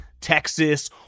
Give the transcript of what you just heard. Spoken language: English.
Texas